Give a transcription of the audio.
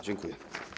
Dziękuję.